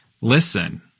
listen